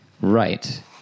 Right